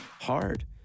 hard